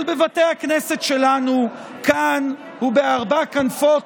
אבל בבתי הכנסת שלנו כאן ובארבע כנפות